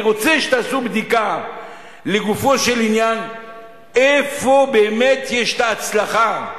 אני רוצה שתעשו בדיקה לגופו של עניין איפה באמת יש הצלחה.